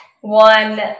one